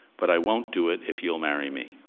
but i won't do it if you'll marry me.